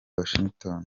washington